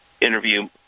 interview